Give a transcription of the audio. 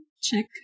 check